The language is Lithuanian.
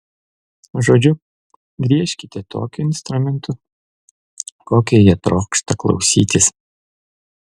žodžiu griežkite tokiu instrumentu kokio jie trokšta klausytis